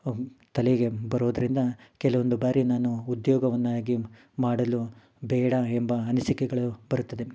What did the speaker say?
ತಲೆಗೆ ಬರೋದರಿಂದ ಕೆಲವೊಂದು ಬಾರಿ ನಾನು ಉದ್ಯೋಗವನ್ನಾಗಿ ಮಾಡಲು ಬೇಡ ಎಂಬ ಅನಿಸಿಕೆಗಳು ಬರುತ್ತದೆ